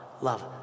Love